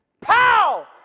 Pow